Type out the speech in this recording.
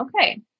okay